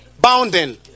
Bounding